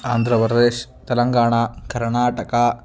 आन्द्रप्रदेशः तेलङ्गाण करणाटक